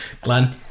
Glenn